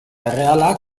errealak